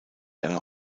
einer